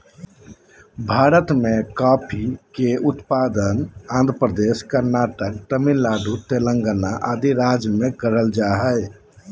भारत मे कॉफी के उत्पादन आंध्र प्रदेश, कर्नाटक, तमिलनाडु, तेलंगाना आदि राज्य मे करल जा हय